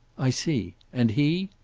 i see. and he?